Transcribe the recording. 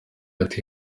ati